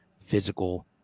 physical